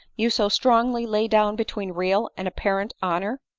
you so strongly lay down between real and apparent honor?